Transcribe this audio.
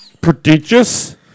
Prodigious